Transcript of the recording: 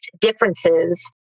differences